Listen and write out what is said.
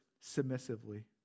submissively